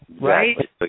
Right